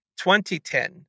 2010